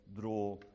draw